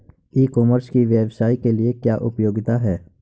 ई commerce की व्यवसाय के लिए क्या उपयोगिता है?